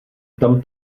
tam